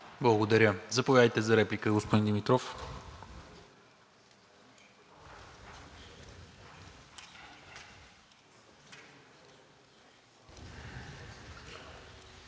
Благодаря. Заповядайте за реплика, господин Димитров.